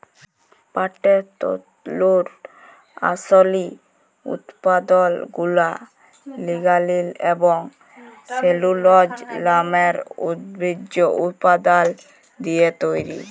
পাটের তল্তুর আসলি উৎপাদলগুলা লিগালিল এবং সেলুলজ লামের উদ্ভিজ্জ উপাদাল দিঁয়ে তৈরি